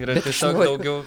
yra tiesiog daugiau